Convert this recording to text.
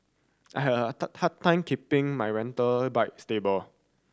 I had a hard time keeping my rental bike stable